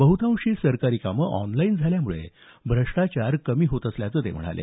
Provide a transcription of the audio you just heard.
बह्तांशी सरकारी कामं ऑनलाईन झाल्यामुळे भ्रष्टाचार कमी होत असल्याचं ते म्हणाले